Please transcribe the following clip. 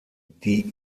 die